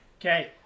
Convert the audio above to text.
Okay